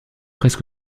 presque